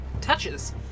Touches